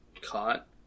caught